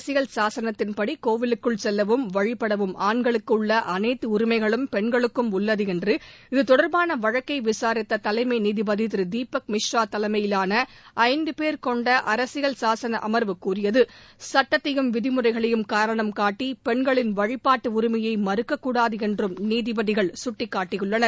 அரசியல் சாசனத்தின்படி கோவிலுக்குள் செல்லவும் வழிபடவும் ஆண்களுக்கு உள்ள அனைத்து உரிமைகளும் பெண்களுக்கும் உள்ளது என்று இது தொடர்பான வழக்கை விசாரித்த தலைமை நீதிபதி திரு தீபக் மிஸ்ரா தலைமையிலான ஐந்து பேர் கொண்ட அரசியல் சாசன் அமர்வு கூறியது சுட்டத்தையும் விதிமுறைகளையும் காரணம் காட்டி பெண்களின் வழிபாட்டு உரிமையை மறுக்கக்கூடாது என்றும் நீதிபதிகள் சுட்டிக்காட்டியுள்ளனர்